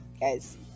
guys